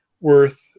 worth